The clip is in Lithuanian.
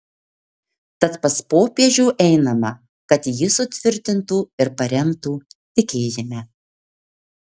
tad pas popiežių einama kad jis sutvirtintų ir paremtų tikėjime